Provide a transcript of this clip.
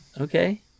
Okay